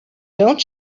don’t